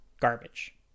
garbage